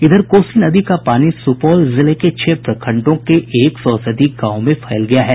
इधर कोसी नदी का पानी सुपौल जिले के छह प्रखंडों के एक सौ से अधिक गांवों में फैल गया है